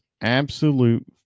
absolute